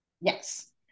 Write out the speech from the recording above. Yes